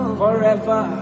forever